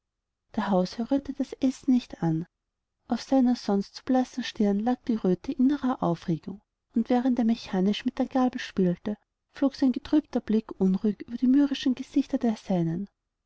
der hausherr rührte das essen nicht an auf seiner sonst so blassen stirn lag die röte innerer aufregung und während er mechanisch mit der gabel spielte flog sein getrübter blick unruhig über die mürrischen gesichter der seinen